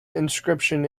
inscription